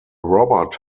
robot